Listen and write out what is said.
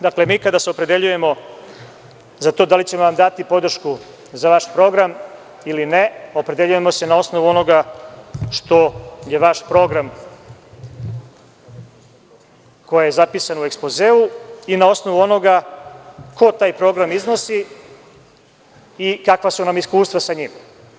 Dakle, mi kada se opredeljujemo za to da li ćemo vam dati podršku za vaš program ili ne, opredeljujemo se na osnovu onoga što je vaš program koji je zapisan u ekspozeu i na osnovu onoga ko taj program iznosi i kakva su nam iskustva sa njim.